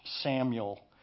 Samuel